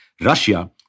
Russia